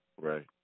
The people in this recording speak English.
Right